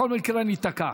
בכל מקרה ניתקע.